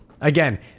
again